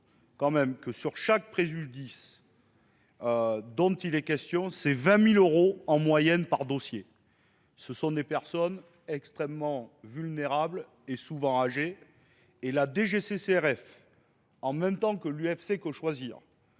que sur chaque présul 10 dont il est question, c'est 20 000 euros en moyenne par dossier. ce sont des personnes extrêmement vulnérables et souvent âgées. Et la DGCCRF, en même temps que l'UFC Cochoisir,